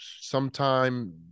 sometime